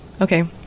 okay